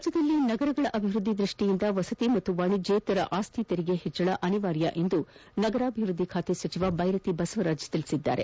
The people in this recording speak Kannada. ರಾಜ್ಯದಲ್ಲಿ ನಗರಗಳ ಅಭಿವೃದ್ದಿ ದೃಷ್ಠಿಯಿಂದ ವಸತಿ ಮತ್ತು ವಾಣಿಜ್ಯೇತರ ಅಸ್ತಿಕರ ಹೆಚ್ಚಳ ಅನಿವಾರ್ಯವಾಗಿದೆಂದು ನಗರಾಭಿವೃದ್ದಿ ಸಚಿವ ಬೈರತಿ ಬಸವರಾಜ ಹೇಳಿದ್ದಾರೆ